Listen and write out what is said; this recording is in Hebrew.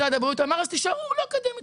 משרד הבריאות אמר 'אז תישארו לא אקדמיים,